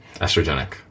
estrogenic